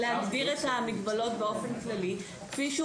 ורק להגדיר את המגבלות באופן כללי כפי שהוא